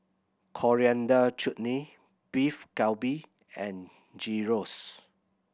Coriander Chutney Beef Galbi and Gyros